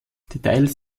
details